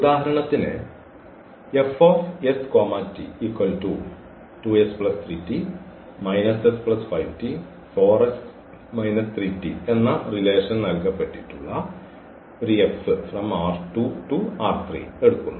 ഉദാഹരണത്തിന് എന്ന റിലേഷൻ നൽകപ്പെട്ടിട്ടുള്ള എടുക്കുന്നു